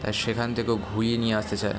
সেখান থেকেও ঘুরিয়ে নিয়ে আসতে চায়